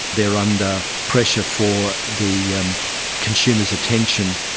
they are under pressure for the um consumer's attention,